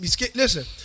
Listen